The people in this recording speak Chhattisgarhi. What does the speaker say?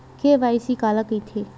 के.वाई.सी काला कइथे?